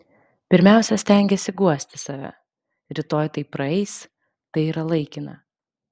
pirmiausia stengiesi guosti save rytoj tai praeis tai yra laikina